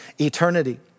eternity